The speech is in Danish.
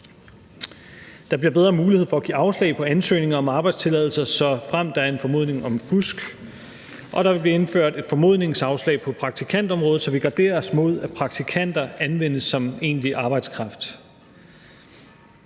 Der bliver bedre mulighed for at give afslag på ansøgninger om arbejdstilladelser, såfremt der er en formodning om fusk, og der vil blive indført et formodningsafslag på praktikantområdet, så vi garderer os mod, at praktikanter anvendes som egentlig arbejdskraft.